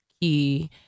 key